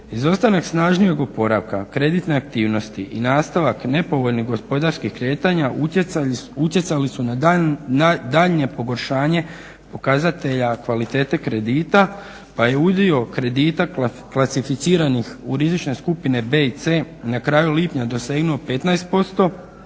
Izostanak snažnijeg oporavka kreditne aktivnosti i nastavak nepovoljnih gospodarskih kretanja utjecali su na daljnje pogoršanje pokazatelja kvalitete kredita, pa je udio kredita klasificiranih u rizične skupine B i C na kraju lipnja dosegnuo 15%.